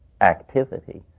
activity